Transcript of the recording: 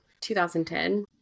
2010